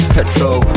Petrol